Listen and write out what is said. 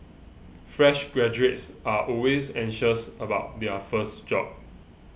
fresh graduates are always anxious about their first job